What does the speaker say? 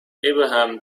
abraham